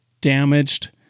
damaged